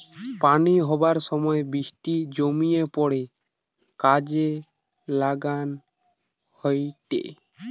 পানি হবার সময় বৃষ্টি জমিয়ে পড়ে কাজে লাগান হয়টে